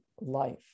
life